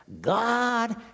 God